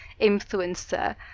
influencer